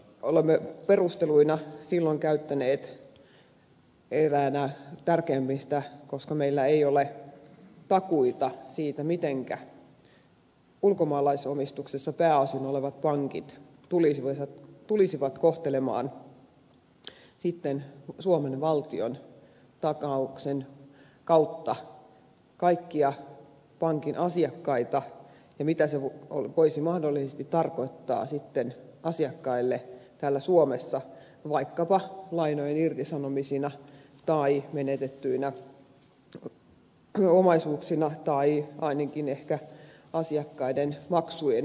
olemme perusteluina silloin käyttäneet eräänä tärkeimmistä sitä että meillä ei ole takuita siitä mitenkä pääosin ulkomaalaisomistuksessa olevat pankit tulisivat kohtelemaan suomen valtion takauksen kautta kaikkia pankin asiakkaita ja mitä se voisi mahdollisesti tarkoittaa asiakkaille täällä suomessa vaikkapa lainojen irtisanomisina tai menetettyinä omaisuuksina tai ainakin ehkä asiakkaiden maksujen korotuksina